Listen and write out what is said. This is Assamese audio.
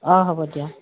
অঁ হ'ব দিয়া